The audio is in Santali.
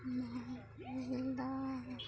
ᱢᱟᱞ ᱢᱟᱞᱫᱟ